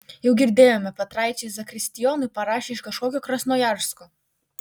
jau girdėjome petraičiai zakristijonui parašė iš kažkokio krasnojarsko